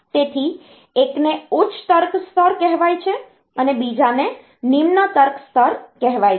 તેથી એકને ઉચ્ચ તર્ક સ્તર કહેવાય છે અને બીજાને નિમ્ન તર્ક સ્તર કહેવાય છે